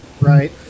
right